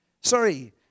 Sorry